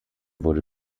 wurde